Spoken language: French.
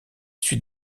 suit